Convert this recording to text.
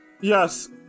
Yes